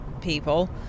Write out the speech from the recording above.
people